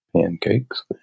pancakes